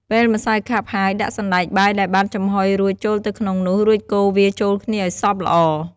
ពេលម្សៅខាប់ហើយ ដាក់សណ្ដែកបាយដែលបានចំហុយរួចចូលទៅក្នុងនោះ រួចកូរវាចូលគ្នាឲ្យសព្វល្អ។